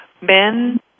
men